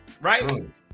right